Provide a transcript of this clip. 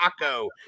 Taco